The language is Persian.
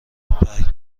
برگ